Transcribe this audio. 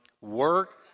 Work